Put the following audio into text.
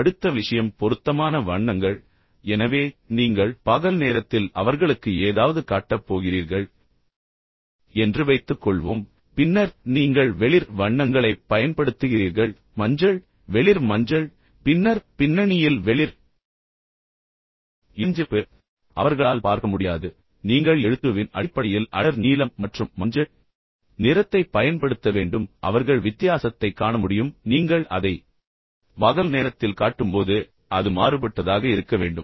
அடுத்த விஷயம் பொருத்தமான வண்ணங்கள் எனவே நீங்கள் பகல் நேரத்தில் அவர்களுக்கு ஏதாவது காட்டப் போகிறீர்கள் என்று வைத்துக்கொள்வோம் பின்னர் நீங்கள் வெளிர் வண்ணங்களைப் பயன்படுத்துகிறீர்கள் மஞ்சள் வெளிர் மஞ்சள் பின்னர் பின்னணியில் வெளிர் இளஞ்சிவப்பு எனவே அவர்களால் பார்க்க முடியாது நீங்கள் எழுத்துருவின் அடிப்படையில் அடர் நீலம் மற்றும் மஞ்சள் நிறத்தைப் பயன்படுத்த வேண்டும் எனவே அவர்கள் வித்தியாசத்தைக் காண முடியும் எனவே நீங்கள் அதை பகல் நேரத்தில் காட்டும்போது அது மாறுபட்டதாக இருக்க வேண்டும்